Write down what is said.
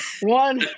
one